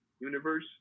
universe